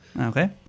Okay